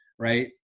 Right